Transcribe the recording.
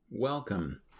Welcome